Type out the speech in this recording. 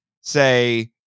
say